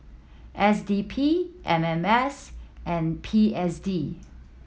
S D P M M S and P S D